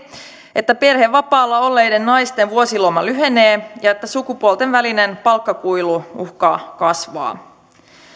että perhevapaalla olleiden naisten vuosiloma lyhenee ja että sukupuolten välinen palkkakuilu uhkaa kasvaa